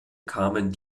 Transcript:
kamen